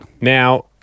Now